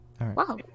Wow